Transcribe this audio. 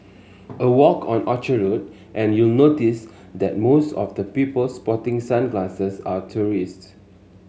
a walk on Orchard Road and you'll notice that most of the people sporting sunglasses are tourists